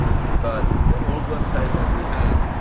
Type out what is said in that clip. because the old website that we had,